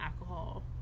alcohol